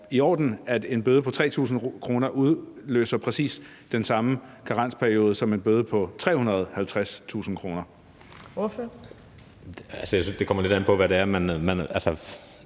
i orden, at en bøde på 3.000 kr. udløser præcis den samme karensperiode som en bøde på 350.000 kr.?